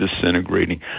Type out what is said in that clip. disintegrating